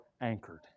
anchored